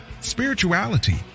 spirituality